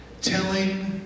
telling